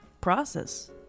process